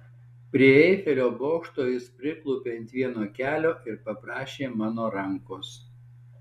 prie eifelio bokšto jis priklaupė ant vieno kelio ir paprašė mano rankos